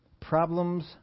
Problems